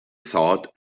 thought